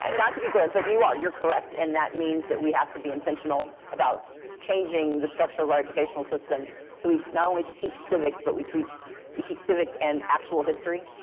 and not to be glib, but you are. you're correct. and that means that we have to be intentional about changing the structure of our educational system, so we not only teach civics, but we we teach civics and actual history.